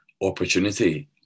opportunity